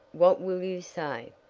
what will you say?